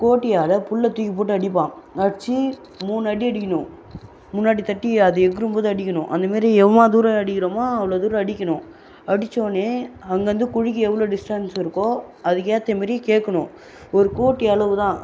கோட்டியால் புல்லை தூக்கிப் போட்டு அடிப்பான் அடிச்சு மூணு அடி அடிக்கணும் முன்னாடி தட்டி அது எகுறும்போது அடிக்கணும் அந்த மேரி எம்மா தூரம் அடிக்கிறமோ அவ்ளோ தூரம் அடிக்கணும் அடிச்சவொன்னே அங்கருந்து குழிக்கு எவ்வளோ டிஸ்ட்டன்ஸ் இருக்கோ அதுக்கேற்றமேரி கேட்கணும் ஒரு கோட்டியளவு தான்